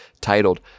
titled